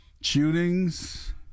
shootings